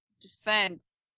defense